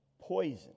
poison